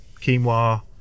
quinoa